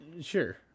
Sure